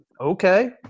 Okay